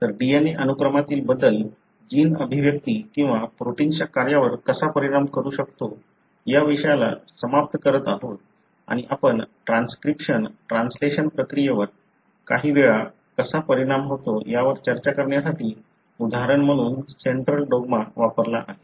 तर DNA अनुक्रमातील बदल जिन अभिव्यक्ती किंवा प्रोटिन्सच्या कार्यावर कसा परिणाम करू शकतो या विषयाला समाप्त करत आहोत आणि आपण ट्रान्सक्रिप्शन ट्रान्सलेशन प्रक्रियेवर काही वेळा कसा परिणाम होतो यावर चर्चा करण्यासाठी उदाहरण म्हणून सेंट्रल डॉग्मा वापरला आहे